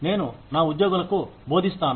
నేను నా ఉద్యోగులకు బోధిస్తాను